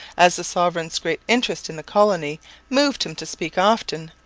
as the sovereign's great interest in the colony moved him to speak often,